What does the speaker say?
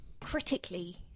critically